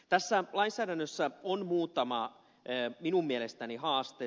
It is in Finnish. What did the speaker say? tässä lainsäädännössä on muutama minun mielestäni haaste